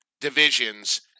divisions